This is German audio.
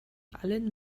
allen